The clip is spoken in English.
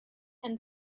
and